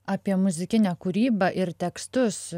apie muzikinę kūrybą ir tekstus